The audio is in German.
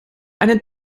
einen